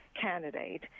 candidate